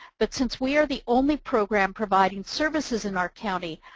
but since we are the only program providing services in our county,